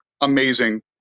amazing